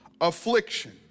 Affliction